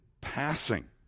passing